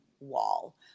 wall